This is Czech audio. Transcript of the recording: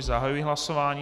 Zahajuji hlasování.